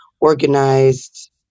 organized